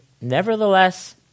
nevertheless